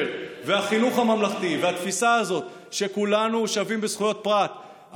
והחינוך הממלכתי והתפיסה הזאת שכולנו שווים בזכויות פרט,